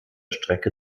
strecke